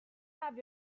have